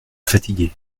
fatigués